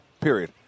period